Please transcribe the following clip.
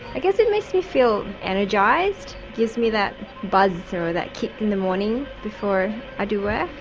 i guess it makes me feel energised, gives me that buzz so or that kick in the morning before i do work.